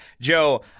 Joe